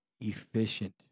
efficient